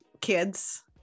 kids